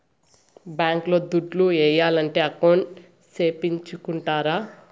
bank లో దుడ్లు ఏయాలంటే అకౌంట్ సేపిచ్చుకుంటారు